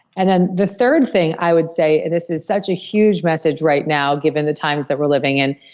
and then the third thing i would say, and this is such a huge message right now given the times that we're living in,